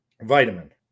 Vitamin